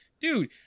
dude